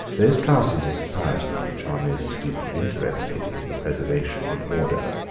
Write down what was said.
those classes of society which are most deeply interested in the preservation of order,